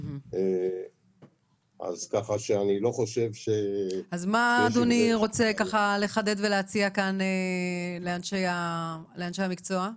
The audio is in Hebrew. מה אדוני רוצה לחדד ולהציע כאן לאנשי המקצוע?